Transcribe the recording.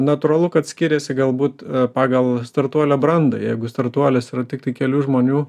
natūralu kad skiriasi galbūt pagal startuolio brandą jeigu startuolis yra tiktai kelių žmonių